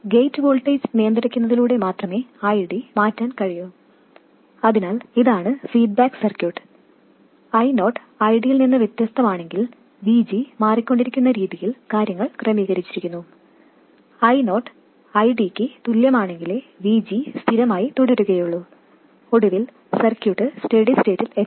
gate voltage നിയന്ത്രിക്കുന്നതിലൂടെ മാത്രമേ ID മാറ്റാൻ കഴിയൂ അതിനാൽ ഇതാണ് ഫീഡ്ബാക്ക് സർക്യൂട്ട് I0 ID യിൽ നിന്ന് വ്യത്യസ്തമാണെങ്കിൽ VG മാറിക്കൊണ്ടിരിക്കുന്ന രീതിയിൽ കാര്യങ്ങൾ ക്രമീകരിച്ചിരിക്കുന്നു I0 ID ക്ക് തുല്യമാണെങ്കിലേ VG സ്ഥിരമായി തുടരുകയുള്ളൂ ഒടുവിൽ സർക്യൂട്ട് സ്റ്റെഡി സ്റ്റേറ്റിൽ എത്തും